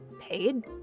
paid